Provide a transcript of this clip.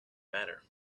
matter